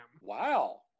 Wow